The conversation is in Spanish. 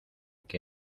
que